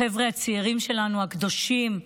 החבר'ה הצעירים שלנו, הקדושים,